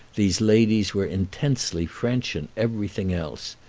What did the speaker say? these ladies were intensely french in everything else.